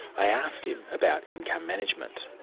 i asked him about income management.